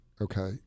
okay